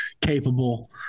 capable